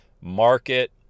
market